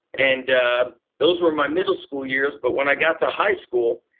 and those were my middle school years. but when i got to high school,